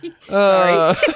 Sorry